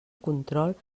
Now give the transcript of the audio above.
control